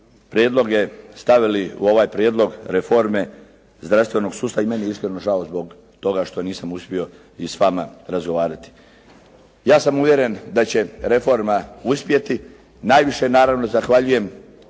prijedloge stavili u ovaj prijedlog reforme zdravstvenog sustava i meni je iskreno žao zbog toga što nisam uspio i s vama razgovarati. Ja sam uvjeren da će reforma uspjeti. Najviše naravno zahvaljujem